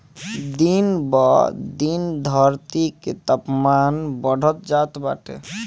दिन ब दिन धरती के तापमान बढ़त जात बाटे